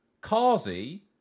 Kazi